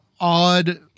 odd